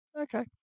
Okay